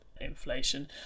inflation